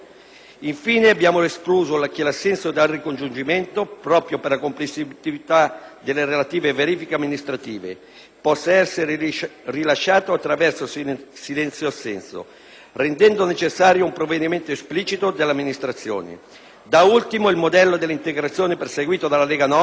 Infine, abbiamo escluso che l'assenso al ricongiungimento, proprio per la complessità delle relative verifiche amministrative, possa essere rilasciato attraverso silenzio-assenso, rendendo necessario un provvedimento esplicito dell'amministrazione. Da ultimo, il modello di integrazione perseguito dalla Lega Nord